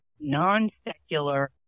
non-secular